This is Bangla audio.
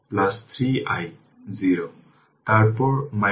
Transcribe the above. এখন এটি দেখুন তাই 5 হেনরি এবং 20 হেনরি প্যারালেল